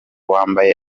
wambaye